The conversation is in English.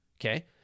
Okay